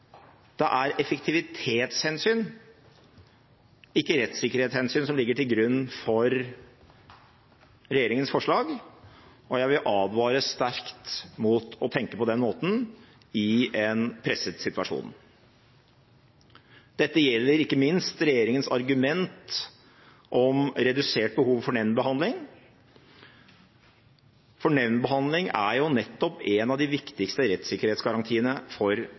Det er effektivitetshensyn, ikke rettssikkerhetshensyn, som ligger til grunn for regjeringens forslag, og jeg vil advare sterkt mot å tenke på den måten i en presset situasjon. Dette gjelder ikke minst regjeringens argument om redusert behov for nemndbehandling, for nemndbehandling er nettopp en av de viktigste rettssikkerhetsgarantiene for